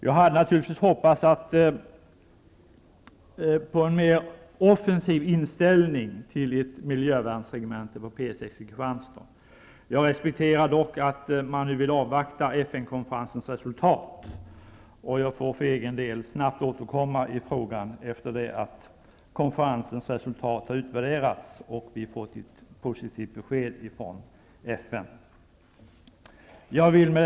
Jag hade naturligtvis hoppats på en mer offensiv inställning till ett miljövärnsregemente på P 6 i Kristianstad. Jag respekterar dock att man nu vill avvakta FN-konferensens resultat, och jag får för egen del snabbt återkomma i frågan efter det att konferensens resultat har utvärderats och vi har fått ett positivt besked från FN. Herr talman!